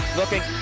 looking